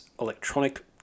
electronic